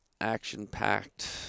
action-packed